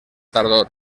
tardor